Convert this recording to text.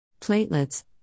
Platelets